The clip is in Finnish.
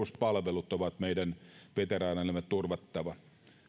palvelut on meidän veteraaneillemme turvattava